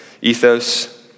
Ethos